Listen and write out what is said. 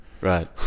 Right